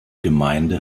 gemeinde